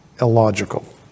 illogical